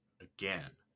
again